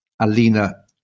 Alina